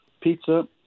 pizza